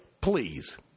please